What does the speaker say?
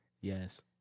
Yes